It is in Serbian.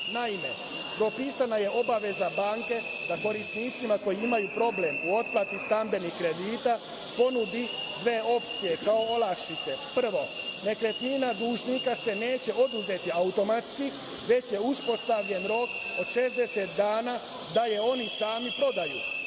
Naime, propisana je obaveza banke da korisnicima koji maju problem u otplati stambenih kredita ponudi dve opcije kao olakšice. Prvo, nekretnina dužnika se neće oduzeti automatski već je uspostavljen rok od 60 dana da je oni sami prodaju.